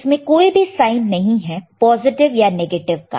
इसमें कोई भी साइन नहीं है पॉजिटिव या नेगेटिव का